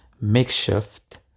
makeshift